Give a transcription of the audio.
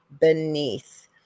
beneath